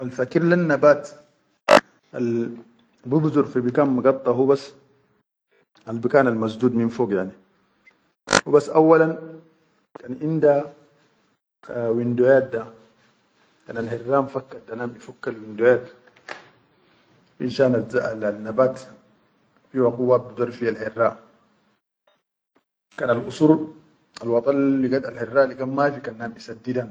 Al fakir lel na bat al buhzur fi bikan mugadda hubas albikan masdud min fog yani hubas auwalan kan inda windoyat da kan al haywan fakkat da nam bifukal windoyat finshan al na bat fi waqit wahid bidur fiyal herra kan al usur al wadal ligat herra ligat ma fi kan nam bi saddida.